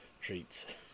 treats